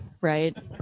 right